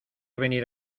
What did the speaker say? venir